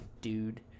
dude